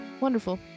wonderful